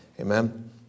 Amen